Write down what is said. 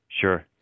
Sure